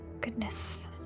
Goodness